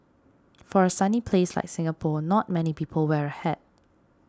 for a sunny place like Singapore not many people wear a hat